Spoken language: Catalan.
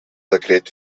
decret